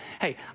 hey